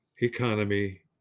economy